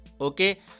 okay